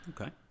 Okay